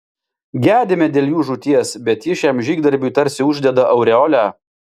gedime dėl jų žūties bet ji šiam žygdarbiui tarsi uždeda aureolę